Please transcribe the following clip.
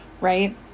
Right